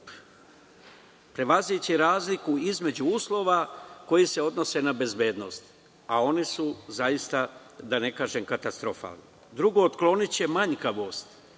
prevazići razliku između uslova koji se odnose na bezbednost, a oni su zaista, da ne kažem, katastrofalni. Drugo, otkloniće manjkavost